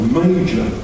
major